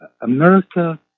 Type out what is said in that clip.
America